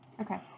Okay